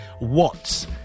watts